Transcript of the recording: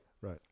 Right